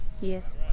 Yes